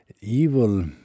evil